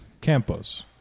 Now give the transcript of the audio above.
Campo's